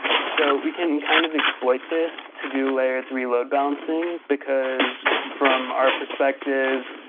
so we can kind of exploit this to do layer three load-balancing, because from our perspective,